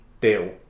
deal